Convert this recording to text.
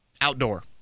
Outdoor